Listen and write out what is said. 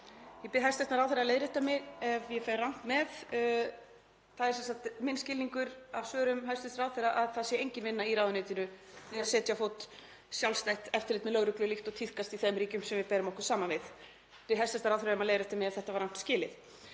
Ég bið hæstv. ráðherra að leiðrétta mig ef ég fer rangt með, en það er minn skilningur af svörum hæstv. ráðherra að það sé engin vinna í ráðuneytinu við að setja á fót sjálfstætt eftirlit með lögreglu líkt og tíðkast í þeim ríkjum sem við berum okkur saman við. Ég bið hæstv. ráðherra um að leiðrétta mig ef þetta var rangt skilið.